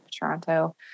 Toronto